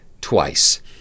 twice